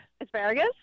Asparagus